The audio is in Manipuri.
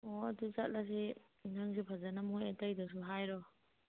ꯑꯣ ꯑꯗꯨ ꯆꯠꯂꯁꯤ ꯅꯪꯁꯨ ꯐꯖꯅ ꯃꯈꯣꯏ ꯑꯇꯩꯗꯁꯨ ꯍꯥꯏꯔꯣ